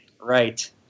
right